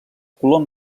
color